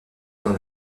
dans